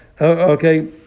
okay